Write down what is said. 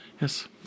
Yes